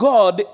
God